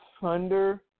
Thunder